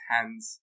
hands